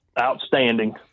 Outstanding